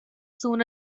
soon